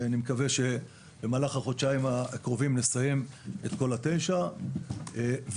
ואני מקווה שבמהלך החודשיים הקרובים נסיים את כל התשע וניכנס